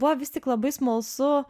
buvo vis tik labai smalsu